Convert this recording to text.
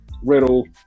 Riddle